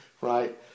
right